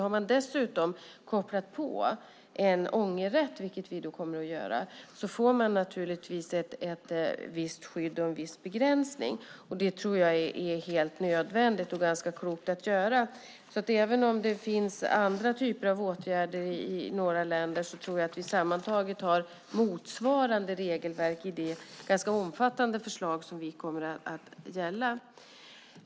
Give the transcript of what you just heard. Om det dessutom är en ångerrätt kopplad till detta, vilket vi kommer att göra, får man naturligtvis ett visst skydd och en viss begränsning. Det tror jag är helt nödvändigt och ganska klokt att göra. Även om det finns andra typer av åtgärder i några länder tror jag att vi sammantaget har motsvarande regelverk i det ganska omfattande förslag som kommer att gälla.